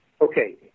Okay